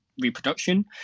reproduction